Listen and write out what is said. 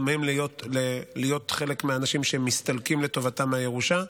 להיות חלק מהאנשים שמסתלקים לטובתם מהירושה.